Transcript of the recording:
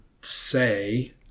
say